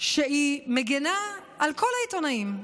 שמגינה על כל העיתונאים,